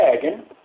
dragon